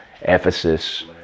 Ephesus